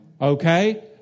Okay